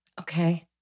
Okay